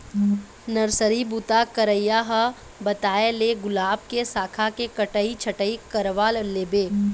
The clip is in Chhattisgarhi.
नरसरी बूता करइया ह बताय हे गुलाब के साखा के कटई छटई करवा लेबे